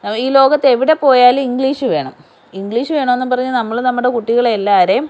ഈ ലോകത്ത് എവിടെപ്പോയാലും ഇങ്ക്ളീഷ് വേണം ഇങ്ക്ളീഷ് വേണം എന്നും പറഞ്ഞ് നമ്മൾ നമ്മുടെ കുട്ടികളെ എല്ലാവരെയും